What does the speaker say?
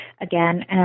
again